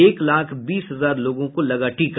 एक लाख बीस हजार लोगों को लगा टीका